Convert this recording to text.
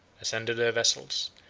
ascended their vessels,